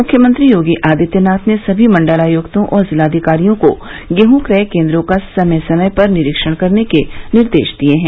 मुख्यमंत्री योगी आदित्यनाथ ने सभी मंडलायक्तों और जिलाधिकारियों को गेहूँ क्रय केन्द्रों का समय समय पर निरीक्षण करने के निर्देश दिये हैं